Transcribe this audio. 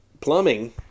plumbing